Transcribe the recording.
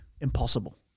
impossible